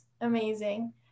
Amazing